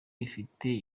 ifite